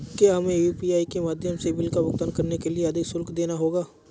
क्या हमें यू.पी.आई के माध्यम से बिल का भुगतान करने के लिए अधिक शुल्क देना होगा?